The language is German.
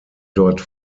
dort